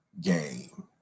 game